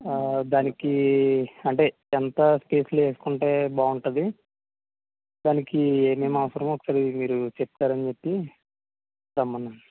దానికి అంటే ఎంత స్పేస్లో వేస్కుంటే బాగుంటుంది దానికి ఏమేం అవసరమో ఒకసారి మీరు చెప్తారని చెప్పి రమ్మన్నాను